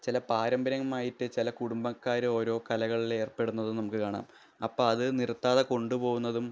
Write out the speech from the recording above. ചില പാരമ്പര്യമായിട്ട് ചില കുടുമ്പക്കാരോരോ കലകളിലേര്പ്പെടുന്നത് നമുക്ക് കാണാം അപ്പം അതു നിർത്താതെ കൊൻടു പോകുന്നതും